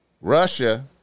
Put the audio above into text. Russia